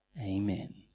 Amen